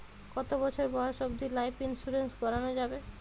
কতো বছর বয়স অব্দি লাইফ ইন্সুরেন্স করানো যাবে?